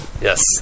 Yes